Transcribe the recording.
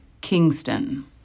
Kingston